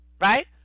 right